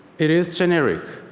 it is generic.